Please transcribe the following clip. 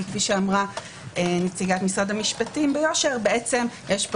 כי כפי שאמרה נציגת משרד המשפטים ביושר יש פה